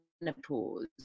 menopause